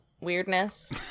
weirdness